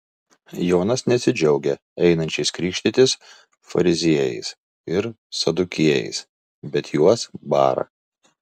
jonas nesidžiaugia einančiais krikštytis fariziejais ir sadukiejais bet juos bara